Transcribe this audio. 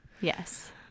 yes